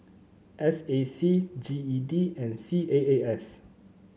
S A C G E D and C A A S